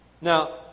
now